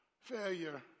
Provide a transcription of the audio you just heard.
failure